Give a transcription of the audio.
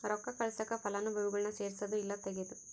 ರೊಕ್ಕ ಕಳ್ಸಾಕ ಫಲಾನುಭವಿಗುಳ್ನ ಸೇರ್ಸದು ಇಲ್ಲಾ ತೆಗೇದು